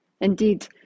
Indeed